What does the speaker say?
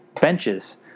benches